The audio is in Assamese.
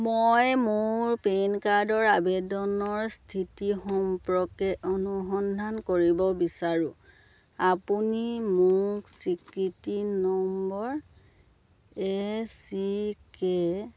মই মোৰ পেন কাৰ্ডৰ আবেদনৰ স্থিতি সম্পৰ্কে অনুসন্ধান কৰিব বিচাৰোঁ আপুনি মোক স্বীকৃতি নম্বৰ এ চি কে